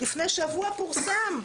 לפני שבוע פורסם".